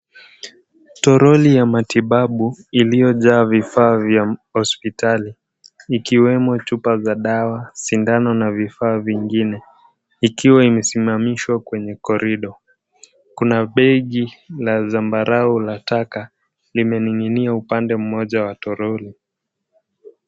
Toroli ya matibabu iliyojaa vifaa vya hospitali ikiwemo chupa za dawa, sindano na vifaa vingine ikiwa imesimamishwa kwenye korido. Kuna begi la zambarau la taka limening'inia upande mmoja wa toroli.